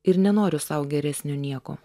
ir nenoriu sau geresnio nieko